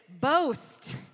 boast